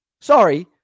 Sorry